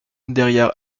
derrière